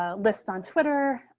ah list on twitter.